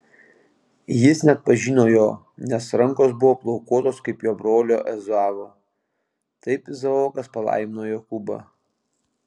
jis neatpažino jo nes rankos buvo plaukuotos kaip jo brolio ezavo taip izaokas palaimino jokūbą